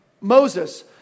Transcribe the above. Moses